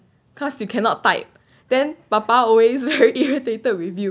cause you cannot type then 爸爸 always very irritated with you